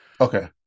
Okay